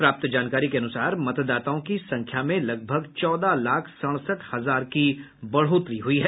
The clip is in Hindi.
प्राप्त जानकारी के अनुसार मतदाताओं की संख्या में लगभग चौदह लाख सड़सठ हजार की बढ़ोतरी हुई है